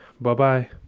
Bye-bye